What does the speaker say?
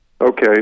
Okay